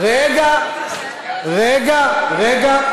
רגע, רגע.